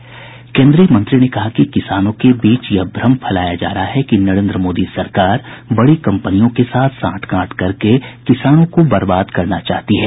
श्री प्रसाद ने कहा कि किसानों के बीच यह भ्रम फैलाया जा रहा है कि नरेन्द्र मोदी सरकार बड़ी कम्पनियों के साथ सांठ गांठ करके किसानों को बर्बाद करना चाहती है